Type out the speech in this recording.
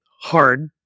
hard